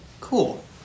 Cool